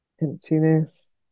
emptiness